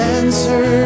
answer